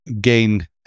gain